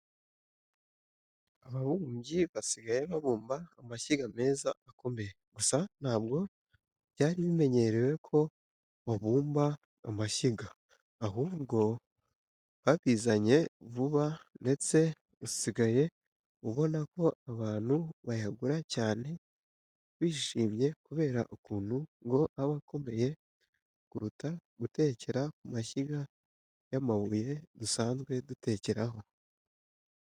Ababumbyi basigaye babumba amashyiga meza akomeye, gusa ntabwo byari bimenyerewe ko babumba amashyiga, ahubwo babizanye vuba ndetse usigaye ubona ko abantu bayagura cyane bishimye kubera ukuntu ngo aba akomeye kuruta gutekera ku mashyiga y'amabuye dusanzwe dutekeraho.